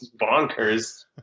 Bonkers